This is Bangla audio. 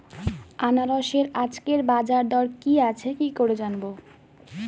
আনারসের আজকের বাজার দর কি আছে কি করে জানবো?